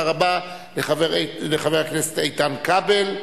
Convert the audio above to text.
אני מזמין כבר את חבר הכנסת איתן כבל,